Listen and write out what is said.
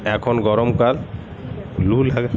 এখন গরম কাল লু লাগে